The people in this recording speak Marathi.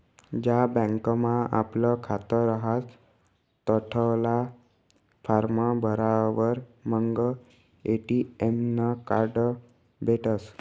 ज्या बँकमा आपलं खातं रहास तठला फार्म भरावर मंग ए.टी.एम नं कार्ड भेटसं